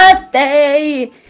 birthday